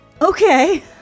Okay